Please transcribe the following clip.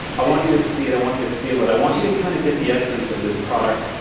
i want you to see it. i want you to feel it. i want you to kinda get the essence of this product.